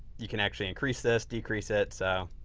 you can actually increase this, decrease it. so,